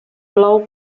plou